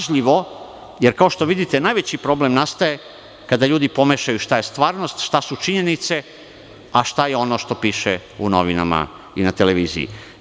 Jer, kao što vidite, najveći problem nastaje kada ljudi pomešaju šta je stvarnost, šta su činjenice a šta je ono što piše u novinama i na televiziji.